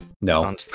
No